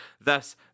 Thus